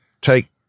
take